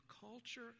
culture